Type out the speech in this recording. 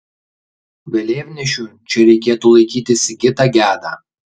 vėliavnešiu čia reikėtų laikyti sigitą gedą